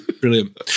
brilliant